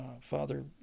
Father